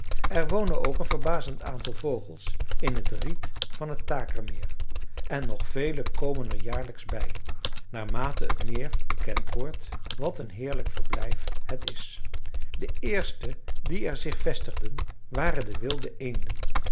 er wonen ook een verbazend aantal vogels in het riet van t takermeer en nog vele komen er jaarlijks bij naar mate t meer bekend wordt wat een heerlijk verblijf het is de eerste die er zich vestigden waren de wilde eenden